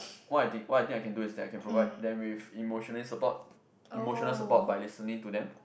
what I think what I think I can do is I can provide them with emotionally support emotional support by listening to them